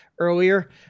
earlier